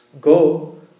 Go